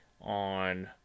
on